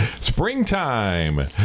Springtime